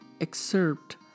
excerpt